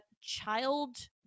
child